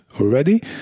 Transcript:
already